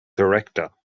director